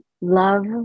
love